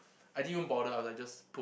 I didn't even bother I was like just